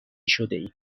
شدهایم